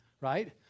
right